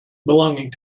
belonging